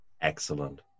Excellent